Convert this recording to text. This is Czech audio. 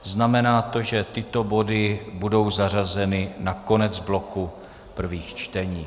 Znamená to, že tyto body budou zařazeny na konec bloku prvních čtení.